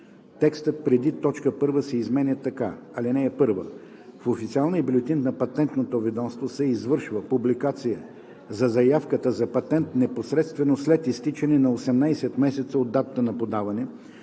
текстът преди т. 1 се изменя така: „(1) В Официалния бюлетин на Патентното ведомство се извършва публикация за заявката за патент непосредствено след изтичането на 18 месеца от датата на подаване,